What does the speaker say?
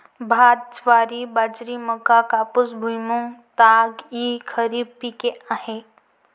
भात, ज्वारी, बाजरी, मका, कापूस, भुईमूग, ताग इ खरीप पिके आहेत